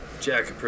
Jack